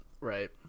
Right